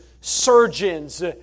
surgeons